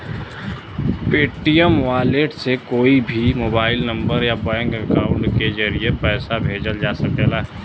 Paytm wallet से कोई के भी मोबाइल नंबर या बैंक अकाउंट के जरिए पइसा भेजल जा सकला